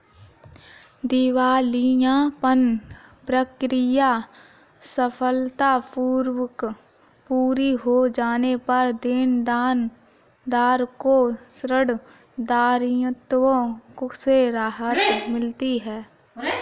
दिवालियापन प्रक्रिया सफलतापूर्वक पूरी हो जाने पर देनदार को ऋण दायित्वों से राहत मिलती है